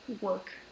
work